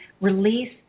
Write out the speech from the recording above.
release